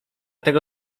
tego